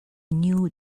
new